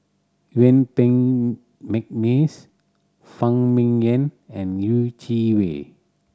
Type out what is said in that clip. Yuen Peng McNeice Phan Ming Yen and Yeh Chi Wei